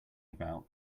about